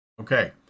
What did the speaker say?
Okay